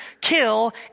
kill